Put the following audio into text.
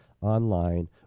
online